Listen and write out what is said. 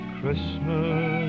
Christmas